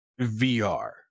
vr